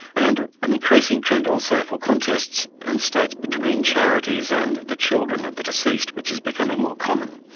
and an increasing trend also for contests and states between charities and the children of the deceased, which is becoming more common.